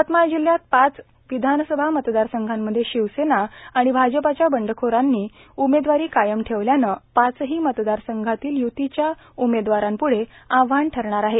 यवतमाळ जिल्ह्यात पाच विधानसभा मतदारसंघामध्ये शिवसेना आणि भाजपच्या बंडखोरांनी उमेदवारी कायम ठेवल्यानं पाचही मतदारसंघातील य्तीच्या उमेदवारांप्ढं आवाहन ठरणार आहे